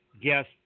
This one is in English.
guest